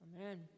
Amen